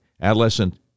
adolescent